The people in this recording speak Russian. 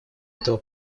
этого